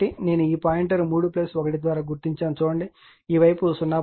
నేను పాయింటర్ 3 1 ద్వారా గుర్తించాను చూడండి ఈ వైపు 0